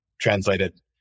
translated